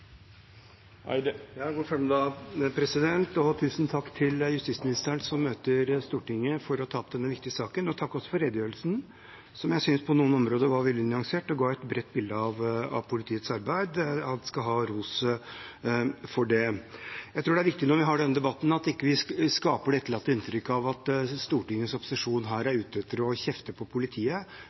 Tusen takk til justisministeren, som møter i Stortinget for å ta opp denne viktige saken. Takk også for redegjørelsen, som jeg synes på noen områder var veldig nyansert og ga et bredt bilde av politiets arbeid. Han skal ha ros for det. Jeg tror det er viktig når vi har denne debatten, at vi ikke etterlater et inntrykk av at Stortingets opposisjon her er ute etter å kjefte på politiet,